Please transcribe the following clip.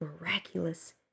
miraculous